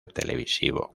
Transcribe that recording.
televisivo